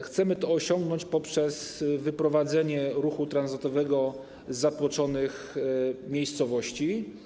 Chcemy to osiągnąć poprzez wyprowadzenie ruchu tranzytowego z zatłoczonych miejscowości.